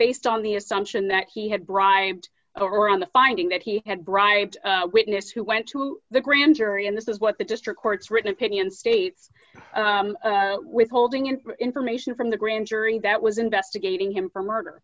based on the assumption that he had bribed or on the finding that he had bribed witness who went to the grand jury and this is what the district court's written opinion states withholding in information from the grand jury that was investigating him for murder